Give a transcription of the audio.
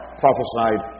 prophesied